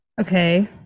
Okay